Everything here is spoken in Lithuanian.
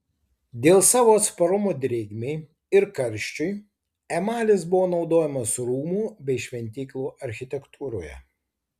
dėl savo atsparumo drėgmei ir karščiui emalis buvo naudojamas rūmų bei šventyklų architektūroje